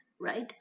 right